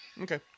Okay